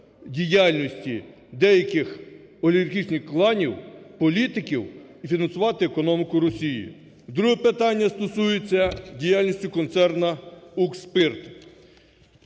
діяльності деяких олігархічних кланів, політиків фінансувати економіку Росії. Друге питання стосується діяльності концерну "Укрспирт".